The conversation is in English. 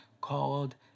called